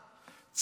צעקות,